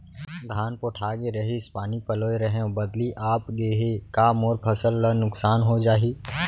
धान पोठागे रहीस, पानी पलोय रहेंव, बदली आप गे हे, का मोर फसल ल नुकसान हो जाही?